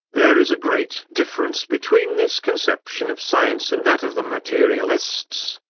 there is a great difference between this conception of science and that of the materialists.